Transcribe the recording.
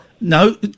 No